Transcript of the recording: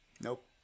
nope